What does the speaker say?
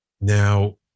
Now